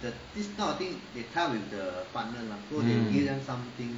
mm